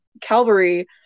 Calvary